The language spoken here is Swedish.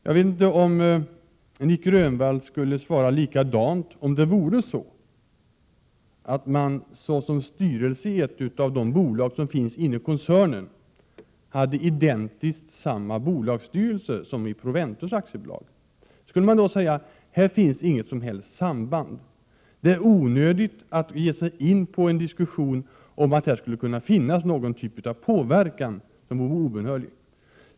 Jag vet inte om Nic Grönvall skulle svara likadant om det vore så att man i ett av de bolag som finns inom koncernen hade identiskt samma bolagsstyrelse som i Proventus AB. Skulle han då säga att det här inte finns något som helst samband och att det är onödigt att ge sig in på en diskussion om att det här skulle förekomma någon typ av påverkan från någon obehörig?